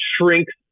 shrinks